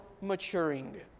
maturing